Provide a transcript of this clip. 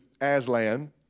Aslan